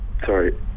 Sorry